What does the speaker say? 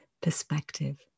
perspective